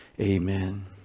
Amen